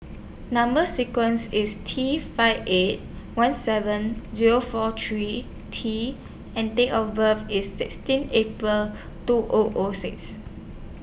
Number sequence IS T five eight one seven Zero four three T and Date of birth IS sixteen April two O O six